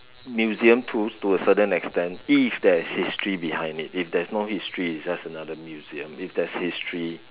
museum too to a certain extent if there is history behind it if there is no history it is just another museum if there is history